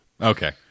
Okay